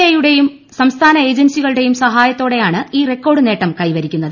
ഐയുടേയും സംസ്ഥാന ഏജൻസികളുടേയും സഹായത്തോടെയാണ് ഈ റെക്കോർഡ് നേട്ടം കൈവരിക്കുന്നത്